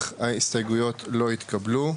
הצבעה ההסתייגויות לא התקבלו.